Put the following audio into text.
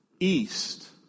east